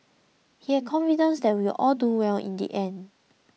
he had confidence that we all do well in the end